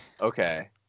Okay